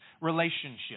relationship